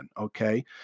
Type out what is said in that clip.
Okay